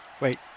wait